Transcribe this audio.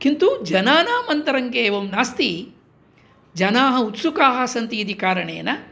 किन्तु जनानाम् अन्तरङ्गे एवं नास्ति जनाः उत्सुकाः सन्ति इति कारणेन